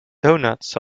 doughnuts